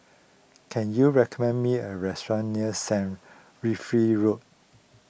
can you recommend me a restaurant near Saint Wilfred Road